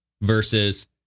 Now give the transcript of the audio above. versus